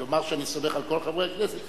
לומר שאני סומך על כל חברי הכנסת?